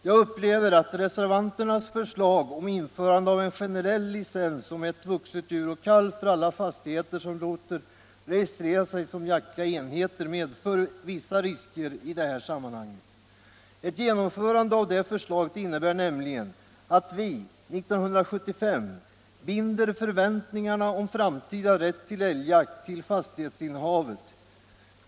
Jag upplever att reservanternas förslag om införande av en generell licens avseende ett vuxet djur och en kalv för alla fastigheter som låter registrera sig som jaktliga enheter medför vissa risker i detta sammanhang. Ett genomförande av det förslaget innebär nämligen att vi 1975 binder förväntningarna om framtida rätt till älgjakt till fastighetsinnehavet.